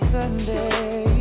Sunday